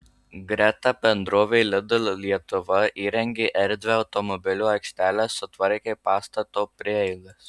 greta bendrovė lidl lietuva įrengė erdvią automobilių aikštelę sutvarkė pastato prieigas